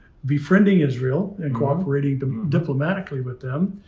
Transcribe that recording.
befriending israel and cooperating diplomatically with them.